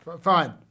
Fine